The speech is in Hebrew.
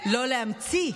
לא להמציא.